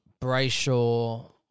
Brayshaw